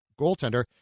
goaltender